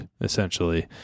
essentially